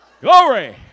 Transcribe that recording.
Glory